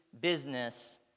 business